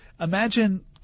imagine